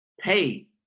pay